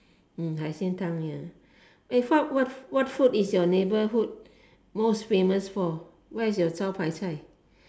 mm 海鲜汤 ya eh what what food is your neighborhood most famous for what is your 招牌菜